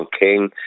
King